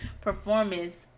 performance